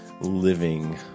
living